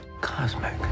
cosmic